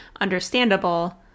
understandable